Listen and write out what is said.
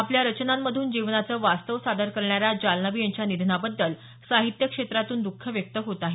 आपल्या रचनांमधून जीवनाचं वास्तव सादर करणाऱ्या जालनवी यांच्या निधनाबद्दल साहित्य क्षेत्रातून दुःख व्यक्त होत आहे